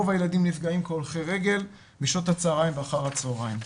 רוב הילדים נפגעים כהולכי רגל בשעות הצהריים ואחר הצהריים.